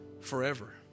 forever